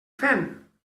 fent